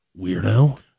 Weirdo